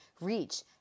reach